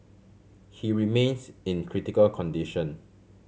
he remains in critical condition